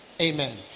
Amen